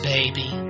Baby